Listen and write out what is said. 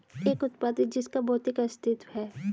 एक उत्पाद जिसका भौतिक अस्तित्व है?